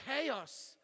chaos